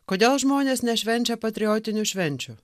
kodėl žmonės nešvenčia patriotinių švenčių